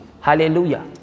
hallelujah